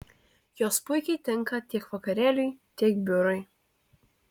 jos puikiai tinka tiek vakarėliui tiek biurui